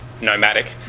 nomadic